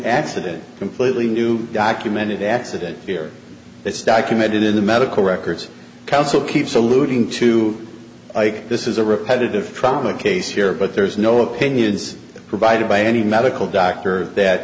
accident completely new documented accident here it's documented in the medical records council keeps alluding to this is a repetitive trauma case here but there's no opinions provided by any medical doctor that